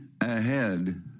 ahead